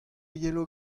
yelo